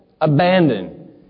abandon